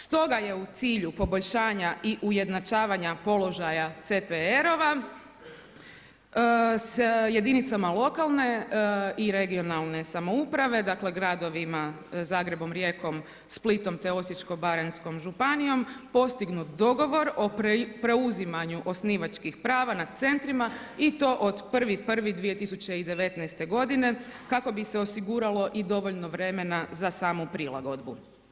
Stoga je u cilju poboljšanja i ujednačavanja položaja CPR-ova s jedinicama lokalne i regionalne samouprave dakle gradovima Zagrebom, Rijekom, Splitom te Osječko-baranjskom županijom postignut dogovor o preuzimanju osnivačkih prava nad centrima i to od 1.1.2019. godine kako bi se osiguralo i dovoljno vremena za samu prilagodbu.